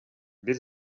бир